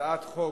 שהצעת חוק